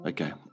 Okay